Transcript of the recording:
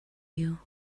you